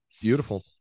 Beautiful